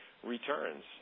Returns